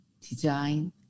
design